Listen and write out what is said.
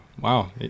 wow